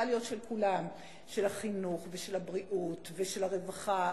להיות של כולם: של החינוך ושל הבריאות ושל הרווחה.